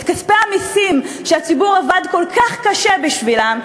את כספי המסים שהציבור עבד כל כך קשה בשבילם,